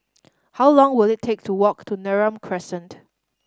how long will it take to walk to Neram Crescent